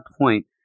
point